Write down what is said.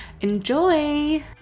enjoy